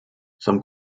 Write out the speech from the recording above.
some